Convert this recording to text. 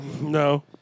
No